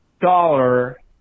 dollar